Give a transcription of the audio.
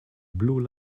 blue